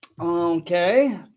Okay